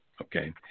Okay